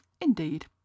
Indeed